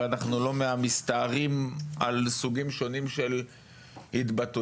אנחנו לא מסתערים על סוגים שונים של התבטאויות.